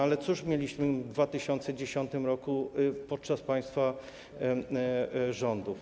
Ale cóż mieliśmy w 2010 r. podczas państwa rządów?